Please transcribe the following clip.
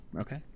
Okay